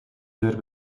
deur